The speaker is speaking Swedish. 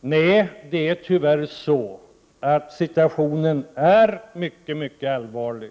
Nej, det gör man inte. Situationen är tyvärr synnerligen allvarlig.